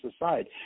aside